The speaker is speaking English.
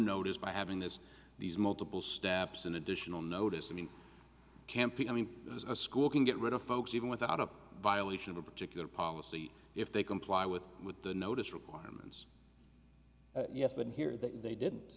notice by having this these multiple steps in additional notice to be campy i mean there's a school can get rid of folks even without a violation of a particular policy if they comply with with the notice requirement yes but here that they didn't